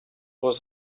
was